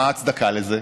מה ההצדקה לזה?